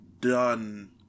done